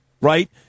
right